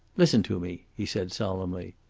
listen to me, he said solemnly.